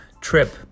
trip